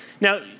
Now